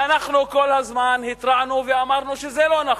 ואנחנו כל הזמן התרענו ואמרנו שזה לא נכון.